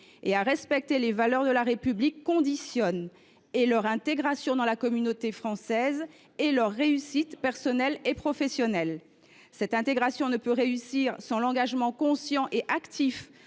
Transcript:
et à respecter les valeurs de la République conditionnent et leur intégration dans la communauté française et leur réussite personnelle et professionnelle. Cette intégration ne peut réussir sans l’engagement conscient et actif